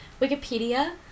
Wikipedia